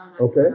Okay